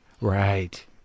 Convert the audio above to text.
right